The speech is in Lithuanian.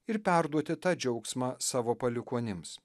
ir perduoti tą džiaugsmą savo palikuonims